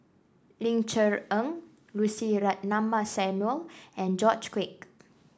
Ling Cher Eng Lucy Ratnammah Samuel and George Quek